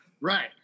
Right